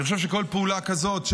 אני חושב שכל פעולה כזאת,